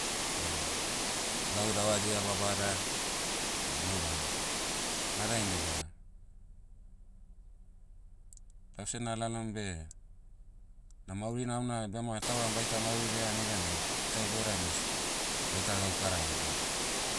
O, gau davadia babada, o unu bana. Na dainai da, lause nalalom beh, na mauri namna bema tauram baita mauri laia neganai, ta iboudai mas, baita gaukara hebou.